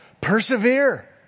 persevere